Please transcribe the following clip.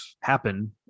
happen